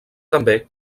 també